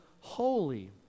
holy